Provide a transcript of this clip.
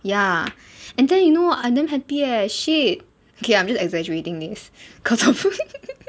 ya and then you know I damn happy eh shit K I'm just exaggerating this cause I'm